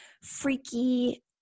freaky